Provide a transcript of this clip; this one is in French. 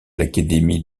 l’académie